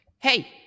Hey